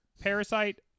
Parasite